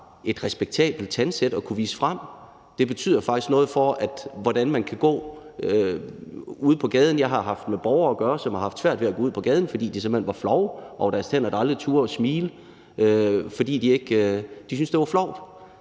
et respektabelt tandsæt at kunne vise frem. Det betyder faktisk noget for, hvordan man kan gå ude på gaden. Jeg har haft med borgere at gøre, som har haft svært ved at gå ud på gaden, fordi de simpelt hen var flove over deres tænder, og aldrig turde smile, fordi de syntes, det var flovt.